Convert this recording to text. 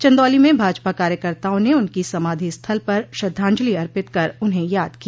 चन्दौली में भाजपा कार्यकर्ताओं ने उनकी समाधि स्थल पर श्रद्वाजंलि अर्पित कर उन्हें याद किया